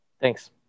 Thanks